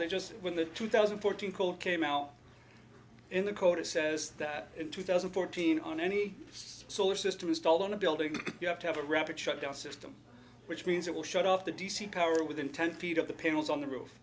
they just when the two thousand and fourteen call came out in the code it says that in two thousand and fourteen on any solar system installed on a building you have to have a rapid shutdown system which means it will shut off the d c power within ten feet of the panels on the roof